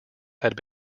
had